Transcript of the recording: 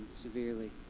severely